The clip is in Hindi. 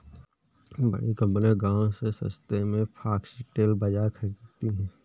बड़ी कंपनियां गांव से सस्ते में फॉक्सटेल बाजरा खरीदती हैं